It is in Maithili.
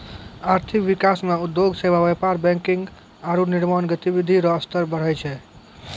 आर्थिक विकास मे उद्योग सेवा व्यापार बैंकिंग आरू निर्माण गतिविधि रो स्तर बढ़ै छै